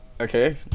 Okay